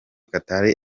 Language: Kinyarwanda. katari